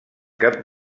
cap